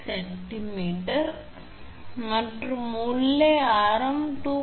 5 centimetre மற்றும் உள்ளே ஆரம் 2